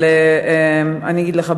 אבל אני אגיד לך,